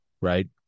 right